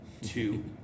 two